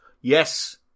Yes